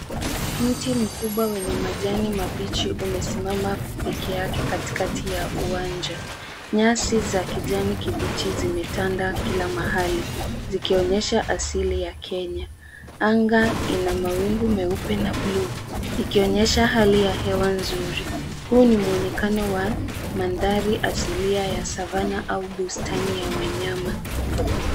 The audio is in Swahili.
Mti mkubwa wenye majani mabichi umesimama peke yake katikati ya uwanja. Nyasi za kijani kibichi zimetanda kila mahali, zikionyesha asili ya Kenya. Anga ina mawingu meupe na buluu, ikionyesha hali ya hewa nzuri. Huu ni muonekano wa mandhari asilia ya (cs) savannah (cs) au bustani ya wanyama.